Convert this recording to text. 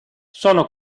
sono